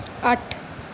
ਅੱਠ